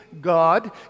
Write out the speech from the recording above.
God